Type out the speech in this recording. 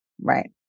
Right